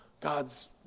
God's